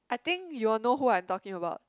I think you'll know who I'm talking about